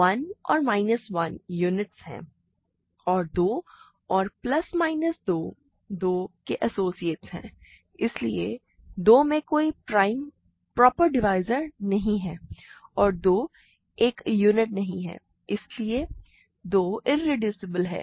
1 और minus 1 units हैं और 2 और प्लस माइनस 2 2 के एसोसिएट्स हैं इसलिए 2 में कोई प्रॉपर डिवाइज़र नहीं है और 2 एक यूनिट नहीं है इसलिए 2 इरेड्यूसिबल है